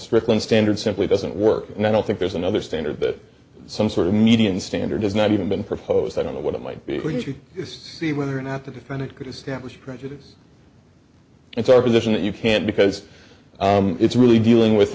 strickland standard simply doesn't work and i don't think there's another standard that some sort of median standard is not even been proposed i don't know what it might be when you see whether or not to defend it could establish prejudice it's our position that you can't because it's really dealing with